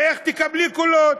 הרי איך תקבלי קולות?